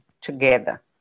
together